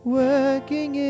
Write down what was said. working